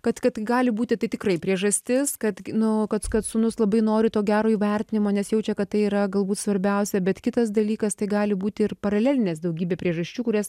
kad kad gali būti tai tikrai priežastis kad nu kad kad sūnus labai nori to gero įvertinimo nes jaučia kad tai yra galbūt svarbiausia bet kitas dalykas tai gali būti ir paralelinės daugybė priežasčių kurias